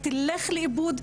היא תלך לאיבוד,